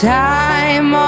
time